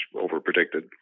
over-predicted